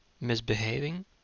misbehaving